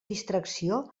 distracció